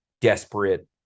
desperate